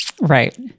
Right